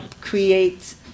create